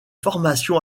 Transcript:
formation